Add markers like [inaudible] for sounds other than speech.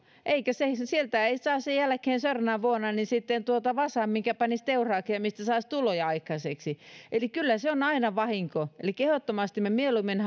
sieltä ei saa sen jälkeen seuraavana vuonna vasaa minkä panisi teuraaksi ja mistä saisi tuloja aikaiseksi eli kyllä se on aina vahinko elikkä ehdottomasti me mieluummin [unintelligible]